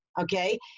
okay